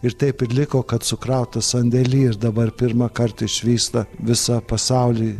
ir taip ir liko kad sukrauta sandėly ir dabar pirmą kartą išvysta visą pasaulį